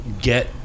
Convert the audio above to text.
get